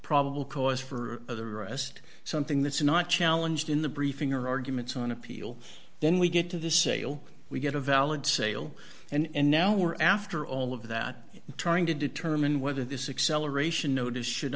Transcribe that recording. probable cause for the arrest something that's not challenged in the briefing or arguments on appeal then we get to the sale we get a valid sale and now we're after all of that trying to determine whether this excel aeration notice should